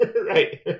Right